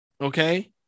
okay